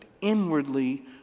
inwardly